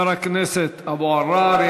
לחבר הכנסת אבו עראר.